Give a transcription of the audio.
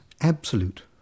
absolute